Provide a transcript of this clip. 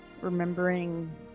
remembering